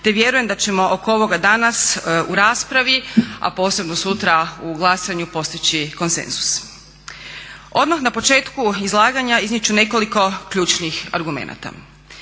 te vjerujem da ćemo oko ovoga danas u raspravi a posebno sutra u glasanju postići konsenzus. Odmah na početku izlaganja iznijet ću nekoliko ključnih argumenata.